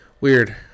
weird